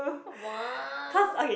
!wow!